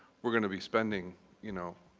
we're going to be spending you know